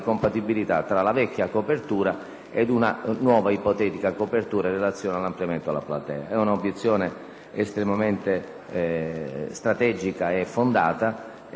ed una nuova ipotetica copertura in relazione all'ampliamento della platea. È un'obiezione estremamente strategica e fondata. Invito pertanto la Commissione